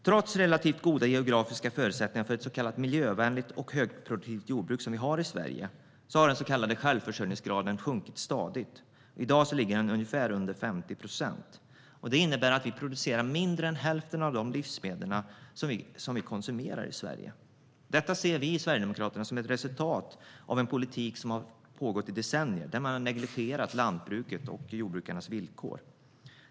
Trots relativt goda geografiska förutsättningar för ett både miljövänligt och högproduktivt jordbruk i Sverige har den så kallade självförsörjningsgraden sjunkit stadigt. I dag ligger den under 50 procent. Detta innebär att vi i Sverige producerar mindre än hälften av de livsmedel vi konsumerar. Detta ser vi i Sverigedemokraterna som resultatet av en politik som pågått i decennier, där man har negligerat lantbruket och jordbrukares villkor.